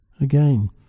Again